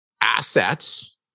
assets